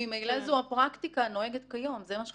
ממילא זו הפרקטיקה כיום, וזה מה שחשוב.